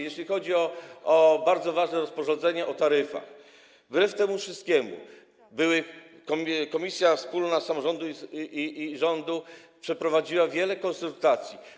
Jeśli chodzi o bardzo ważne rozporządzenie o taryfach, to wbrew temu wszystkiemu komisja wspólna rządu i samorządu przeprowadziła wiele konsultacji.